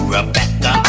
Rebecca